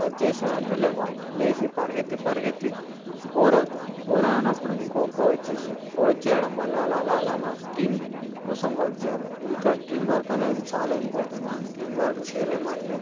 touch చేసాడు అంటే లేవాలి లేచి పరిగెత్తి పరిగెత్తి బోర్ అవుతుంది బోర్ అయినప్పుడు ఇంకో కో ఇచ్చేసేయాలి ఖో ఇచ్చేయడం వల్ల అలా అలా మన టీం కోసం వర్క్ చేయాలి ఇక్కడ టీంవర్క్ అనేది చాలా ఇంపార్టెంట్ మనం టీంవర్క్ చేయలేము అంటే